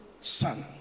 son